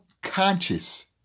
conscious